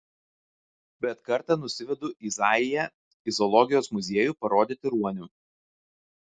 bet kartą nusivedu izaiją į zoologijos muziejų parodyti ruonių